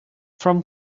from